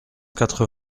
quatre